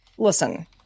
Listen